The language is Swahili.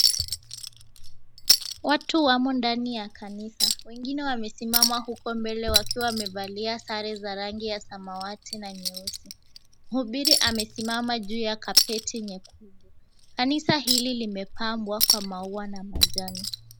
Watu wamo ndani ya kanisa, wengine wamesimama huko mbele wakiwa wamevalia sare za rangi ya samawati na nyeusi. Mhubiri amesimama juu ya kapeti nyekundu. Kanisa hili limepambwa kwa maua na majani.